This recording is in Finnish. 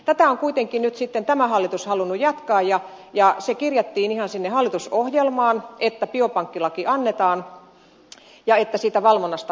tätä on kuitenkin nyt sitten tämä hallitus halunnut jatkaa ja se kirjattiin ihan sinne hallitusohjelmaan että biopankkilaki annetaan ja että siitä valvonnasta vastaa valvira